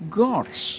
gods